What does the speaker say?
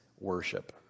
worship